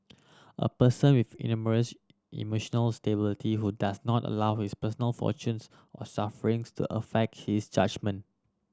a person with enormous emotional stability who does not allow his personal fortunes or sufferings to affect his judgement